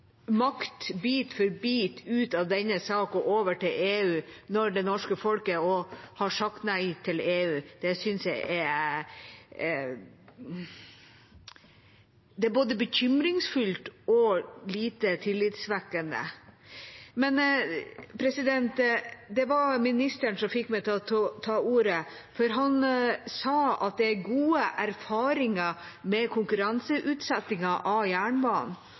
makt bit for bit ut av denne sal og over til EU, når det norske folket har sagt nei til EU, synes jeg er både bekymringsfullt og lite tillitvekkende. Men det var ministeren som fikk meg til å ta ordet, for han sa at det er gode erfaringer med konkurranseutsettingen av jernbanen.